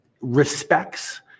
respects